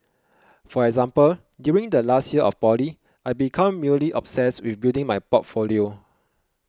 for example during the last year of poly I became mildly obsessed with building my portfolio